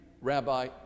Rabbi